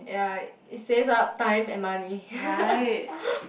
ya it saves up time and money